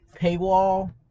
paywall